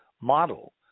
model